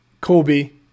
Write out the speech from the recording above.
Colby –